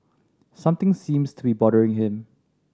something seems to be bothering him